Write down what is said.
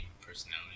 personality